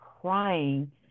crying